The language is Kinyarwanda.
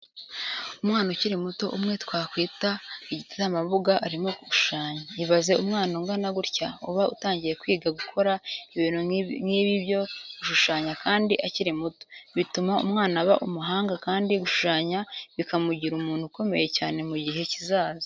Umwana ukiri muto umwe twakwita igitambambuga arimo arashushanya. Ibaze umwana ungana gutya uba utangiye kwiga gukora ibintu nk'ibi byo gushushanya kandi akiri muto. Bituma umwana aba umuhanga kandi gushushanya bikamugira umuntu ukomeye cyane mu gihe kizaza.